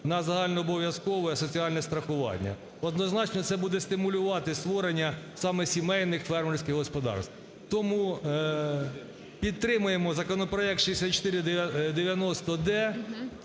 на загальнообов'язкове соціальне страхування. Однозначно це буде стимулювати створення саме сімейних фермерських господарств. Тому підтримаємо законопроект 6490-д